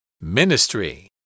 Ministry